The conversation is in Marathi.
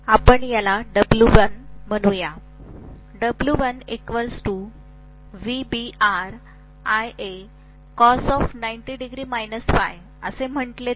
आपण याला W1 म्हणू या असे म्हटले तर